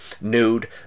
nude